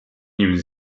nimi